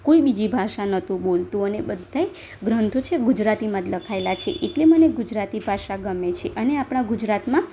કોઈ બીજી ભાષા નહોતું બોલતું અને બધાય ગ્રંથો છે ગુજરાતીમાં જ લખાએલા છે એટલે મને ગુજરાતી ભાષા ગમે છે અને આપણા ગુજરાતમાં